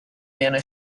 viene